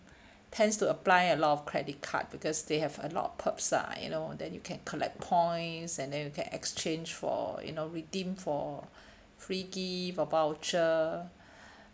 tends to apply a lot of credit card because they have a lot of perks ah you know then you can collect points and then you can exchange for you know redeem for free gift or voucher